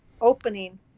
opening